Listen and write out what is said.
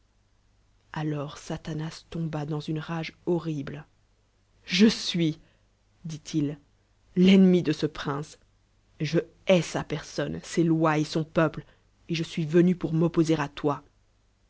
alors saumai toaba dans erage horrible je suis dit-il l'enhcmi de ce pi'idce je hau sa personne ses lois et son peuple et je suis venu pour m'opposer à toi